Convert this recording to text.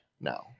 now